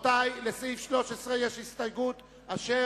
עכשיו יש הסתייגות של